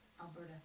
Alberta